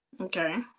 okay